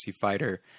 fighter